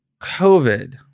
COVID